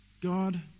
God